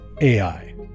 AI